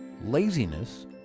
Laziness